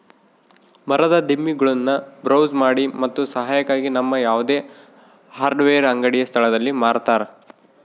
ಮರದ ದಿಮ್ಮಿಗುಳ್ನ ಬ್ರೌಸ್ ಮಾಡಿ ಮತ್ತು ಸಹಾಯಕ್ಕಾಗಿ ನಮ್ಮ ಯಾವುದೇ ಹಾರ್ಡ್ವೇರ್ ಅಂಗಡಿಯ ಸ್ಥಳದಲ್ಲಿ ಮಾರತರ